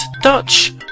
Dutch